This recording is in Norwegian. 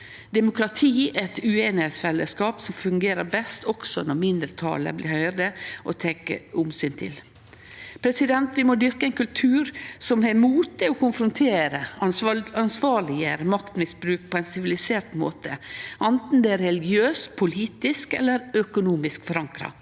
Demokrati er eit ueinigheitsfellesskap som fungerer best når også mindretalet blir høyrt og teke omsyn til. Vi må dyrke ein kultur som har mot til å konfrontere og ansvarleggjere maktmisbruk på ein sivilisert måte, anten han er religiøst, politisk eller økonomisk forankra.